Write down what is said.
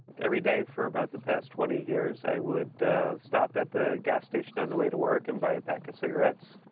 every day for about the past twenty years, i would stop at the gas station on the way to work and buy a pack of cigarettes.